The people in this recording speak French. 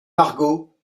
margot